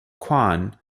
quan